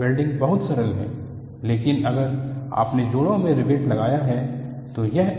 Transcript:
welding बहुत सरल है लेकिन अगर आपने जोड़ों में रिवेट लगाया है तो यह